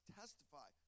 testify